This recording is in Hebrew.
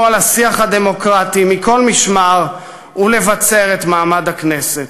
על השיח הדמוקרטי מכל משמר ולבצר את מעמד הכנסת.